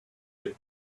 had